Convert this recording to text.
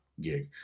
gig